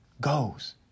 goes